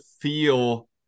feel